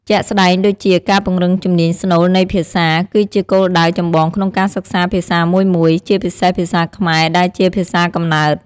ជាក់ស្ដែងដូចជា ការពង្រឹងជំនាញស្នូលនៃភាសា គឺជាគោលដៅចម្បងក្នុងការសិក្សាភាសាមួយៗ ជាពិសេសភាសាខ្មែរដែលជាភាសាកំណើត។